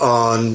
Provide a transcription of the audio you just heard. on